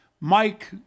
Mike